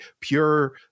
pure